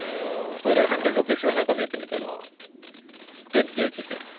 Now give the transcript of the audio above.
ஒரு hundred rupees வேணா கம்மி பண்ணி தரலாம் டென் கேஜிக்கு